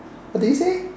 what do you say